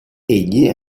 egli